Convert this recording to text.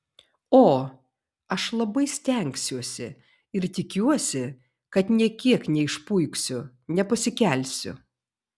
o aš labai stengsiuosi ir tikiuosi kad nė kiek neišpuiksiu nepasikelsiu